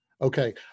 Okay